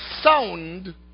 sound